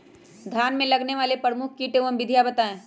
धान में लगने वाले प्रमुख कीट एवं विधियां बताएं?